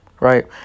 Right